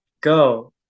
Go